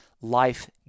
life